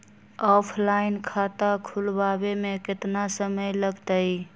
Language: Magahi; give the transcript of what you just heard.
ऑफलाइन खाता खुलबाबे में केतना समय लगतई?